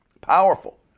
powerful